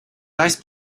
dice